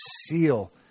seal